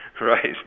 Right